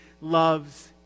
loves